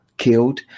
killed